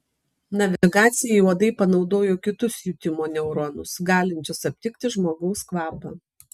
navigacijai uodai panaudojo kitus jutimo neuronus galinčius aptikti žmogaus kvapą